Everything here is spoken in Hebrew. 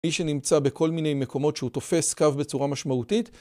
אי שנמצא בכל מיני מקומות שהוא תופס קו בצורה משמעותית.